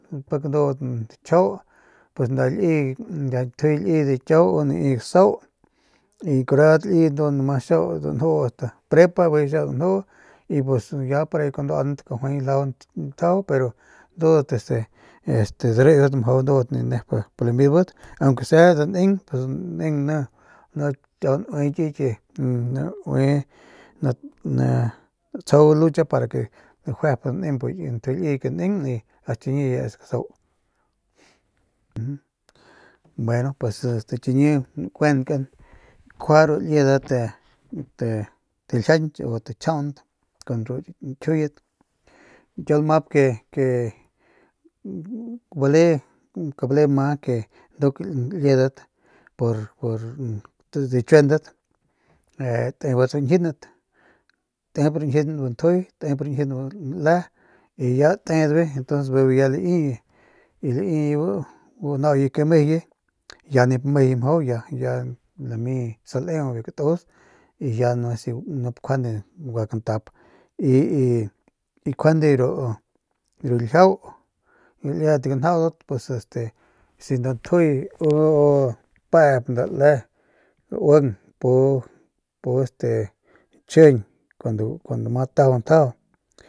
Pik ndudat nachjiau pus nda liy bu nda njuy liy de kiau u nai gasau y karadat liyet ndu xiau danju ast prepa bijiy xiau danju y ya porahi kuajau nduaanat kajuay ljajau ntjajau pero ndudat este este ndudat dareudat mjau ndudat ninep nimibat aunque sea daneng pues daneng ni kiau naue kiy ki ni naue natsjau lucha para que gajuayp danemp bu ki ntjuy liy ke neng ast chiñi ya es gasau mj mj, bueno pues chiñi nkuenkan kjua ru liedat ta taljianky u tatchjiaunt kun ru ñkjiuyet kiau lmap ke bale kabale nduk liedat por por dichiuendat tebat riñjiunat tep rañjiun bu ntjuy tep rañjiun bu le y ya tedbe y ntuns bijiy ya laiuye y laiuye bu nau ke mejuye ya nip mejuye mjau ya ya lami saleeu biu katus y ya no es i y ya nup njuande gua kantap y y y juande ru ljiau ru liedat ganjaudat pues este si nda ntjuy u peep nda le uing pu este chjijiñ kuando ma tajau ntjajau.